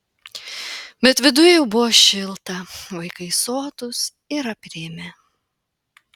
bet viduj jau buvo šilta vaikai sotūs ir aprimę